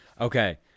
Okay